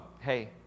hey